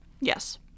Yes